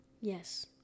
Yes